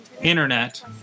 internet